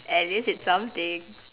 at least it's something